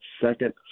second